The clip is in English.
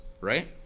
right